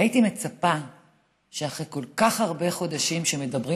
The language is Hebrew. והייתי מצפה שאחרי כל כך הרבה חודשים שמדברים